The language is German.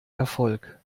erfolg